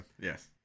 Yes